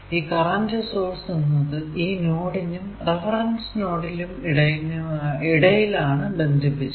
ഈ current source എന്നത് ഈ നോഡിനും റഫറൻസ് നോഡിനും ഇടയിൽ ആണ് ബന്ധിപ്പിച്ചത്